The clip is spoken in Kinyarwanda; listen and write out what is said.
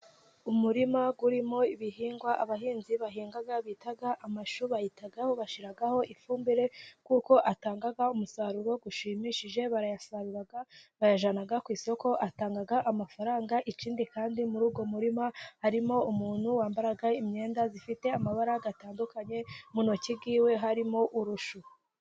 Umurima urimo ibihingwa, abahinzi bahinga bita amashu, bayitaho, bashyiraho ifumbire, kuko atanga umusaruro ushimishije, barayasarura bayajyana ku isoko, atanga amafaranga, ikindi kandi muri uwo murima harimo umuntu, wambara imyenda ifite amabara atandukanye, mu ntoki z'iwe harimo urushu.